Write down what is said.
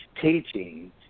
teaching